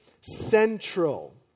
central